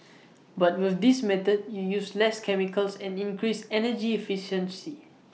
but with this method you use less chemicals and increase energy efficiency